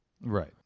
Right